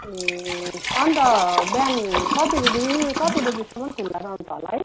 ए अन्त बिहान कति बजीदेखि कति बजीसम्म खुल्ला रहन्छ होला है